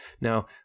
Now